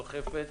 דוחפת.